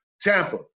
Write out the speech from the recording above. Tampa